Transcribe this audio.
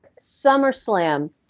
SummerSlam